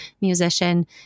musician